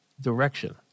direction